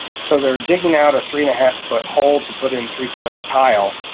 so they're digging out a three and a half foot hole to put in three foot tile.